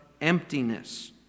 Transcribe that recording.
emptiness